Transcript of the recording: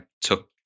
took